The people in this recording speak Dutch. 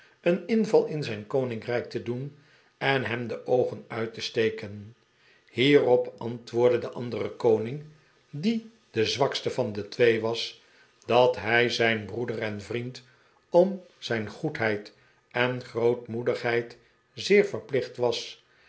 een inval in zijn koninkrijk te doen en hem de oogen uit te steken hierop antwoordde de andere koning die de zwakste van de twee was dat hij zijn broeder en vriend om zijn goedheid en grootmoedigheid zeer verplicht was